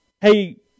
hey